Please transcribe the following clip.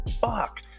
fuck